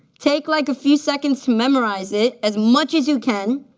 take like a few seconds to memorize it as much as you can,